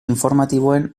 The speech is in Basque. informatiboen